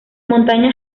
montaña